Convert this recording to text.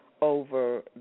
over